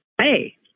Hey